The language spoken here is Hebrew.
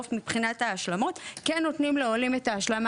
אתם הסדרתם את זה בזה שאתם מרשים לאנשים להגיש ליום הוועדה.